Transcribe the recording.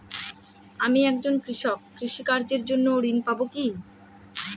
আমি একজন কৃষক কৃষি কার্যের জন্য ঋণ পাব কি?